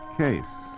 case